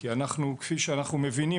כי כפי שאנחנו מבינים,